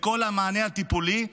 בכל המענה הטיפולי.